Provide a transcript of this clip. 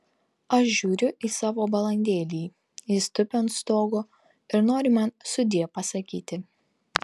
aš žiūriu į savo balandėlį jis tupi ant stogo ir nori man sudie pasakyti